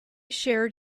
shared